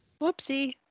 Whoopsie